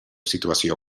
situació